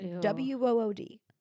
W-O-O-D